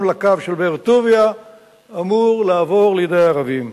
לקו של באר-טוביה אמור לעבור לידי הערבים.